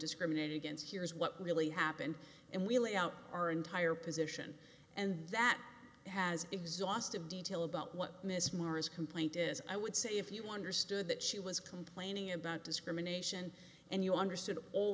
discriminated against here's what really happened and we lay out our entire position and that has exhaustive detail about what miss marr's complaint is i would say if you wonder stood that she was complaining about discrimination and you understood all